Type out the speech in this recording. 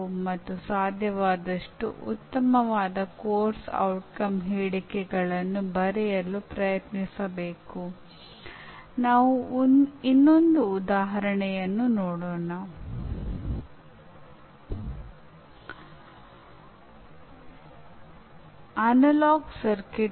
ಕಲಿಯುವವರಿಗೆ ಅವರ ಕಾರ್ಯಕ್ಷಮತೆಯ ಬಗ್ಗೆ ಸ್ಪಷ್ಟ ಸಂಪೂರ್ಣವಾದ ಸಮಾಲೋಚನೆ ನೀಡುವುದರಿಂದ ಅವರು ಹೆಚ್ಚು ಪರಿಣಾಮಕಾರಿಯಾಗಿ ಮುಂದುವರಿಯಲು ಅದು ಸಹಾಯ ಮಾಡುತ್ತದೆ